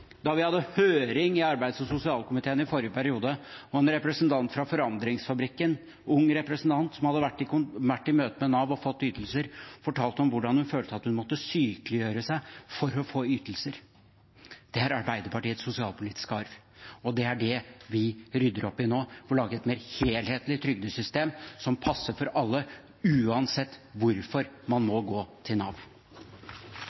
da vi hadde høring i arbeids- og sosialkomiteen i forrige periode, og en representant fra Forandringsfabrikken, en ung representant som hadde vært i møte med Nav og fått ytelser, fortalte om hvordan hun følte at hun måtte sykeliggjøre seg for å få ytelser. Det er Arbeiderpartiets sosialpolitiske arv, og det er det vi rydder opp i nå, ved å lage et mer helhetlig trygdesystem som passer for alle, uansett hvorfor man må